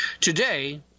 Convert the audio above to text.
Today